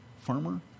farmer